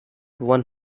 one